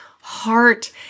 heart